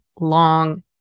long